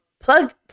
plug